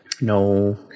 No